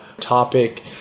topic